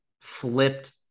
flipped